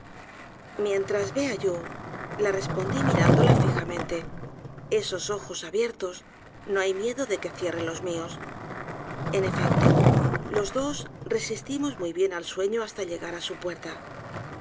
mientras vea yo la respondí mirándola fijamente esos ojos abiertos no hay miedo de que ciérrelos mios en efecto los dos resistimos muy bien al sueño hasta llegar á su puerta